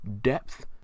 depth